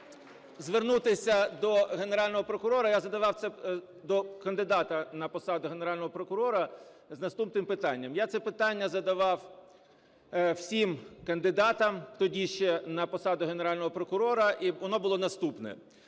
звернутися до Генерального прокурора – я задавав це до кандидата на посаду Генерального прокурора – з наступним питання. Я це питання задавав усім кандидатам тоді ще на посаду Генерального прокурора, і воно було наступне: